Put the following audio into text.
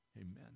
Amen